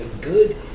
good